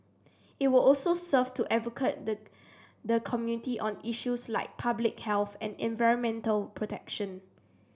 it will also serve to advocate the the community on issues like public health and environmental protection